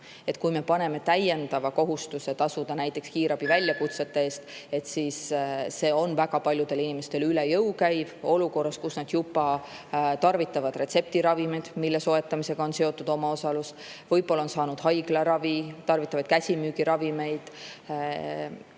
Kui me paneme täiendava kohustuse tasuda kiirabi väljakutsete eest, siis see käib väga paljudele inimestele üle jõu olukorras, kus nad juba tarvitavad retseptiravimeid, mille soetamisega on seotud omaosalus, võib-olla on saanud haiglaravi, tarvitavad käsimüügiravimeid,